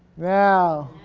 now.